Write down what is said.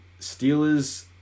Steelers